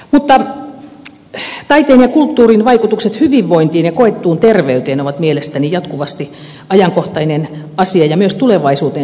mutta taiteen ja kulttuurin vaikutukset hyvinvointiin ja koettuun terveyteen ovat mielestäni jatkuvasti ajankohtainen asia ja myös tulevaisuuteen suuntaava aihe